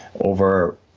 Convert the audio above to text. over